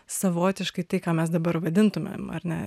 savotiškai tai ką mes dabar vadintumėm ar ne